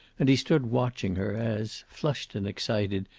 and he stood watching her as, flushed and excited,